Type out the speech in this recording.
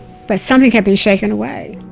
but something had been shaking away